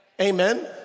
amen